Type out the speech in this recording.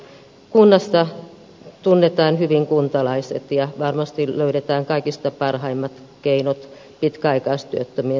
kunnassa tunnetaan hyvin kuntalaiset ja varmasti löydetään kaikista parhaimmat keinot pitkäaikaistyöttömien työllistämiseksi